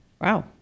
Wow